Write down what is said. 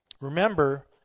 Remember